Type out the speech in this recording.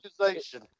accusation